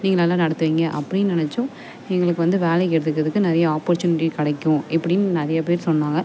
நீங்கள் நல்லா நடத்துவீங்க அப்படின்னு நினைச்சும் எங்களுக்கு வந்து வேலைக்கு எடுத்துக்கிறதுக்கு நிறைய ஆப்பர்ச்சுனிட்டி கிடைக்கும் இப்படின்னு நிறைய பேர் சொன்னாங்க